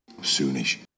Soonish